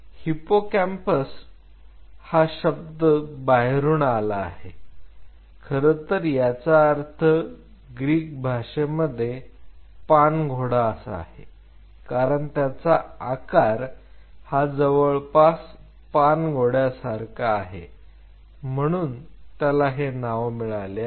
hippocampus हा शब्द बाहेरून आला आहे खरंतर याचा अर्थ ग्रीक भाषेमध्ये पान घोडा असा आहे कारण त्याचा आकार हा जवळपास पान घोड्यासारखा आहे म्हणून त्याला हे नाव मिळाले आहे